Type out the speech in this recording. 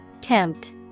Tempt